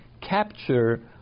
capture